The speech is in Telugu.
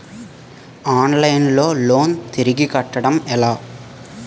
ఆన్లైన్ లో లోన్ తిరిగి కట్టడం ఎలా?